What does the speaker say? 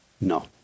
No